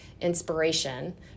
inspiration